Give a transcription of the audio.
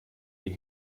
die